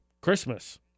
Christmas